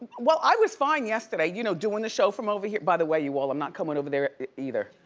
well i was fine yesterday, you know, doing the show from over here, by the way, you all, i'm not comin' over there either,